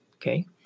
okay